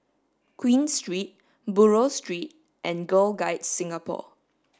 Queen Street Buroh Street and Girl Guides Singapore